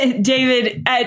David